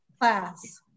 class